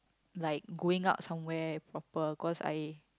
like going out somewhere proper cause I